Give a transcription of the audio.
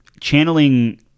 channeling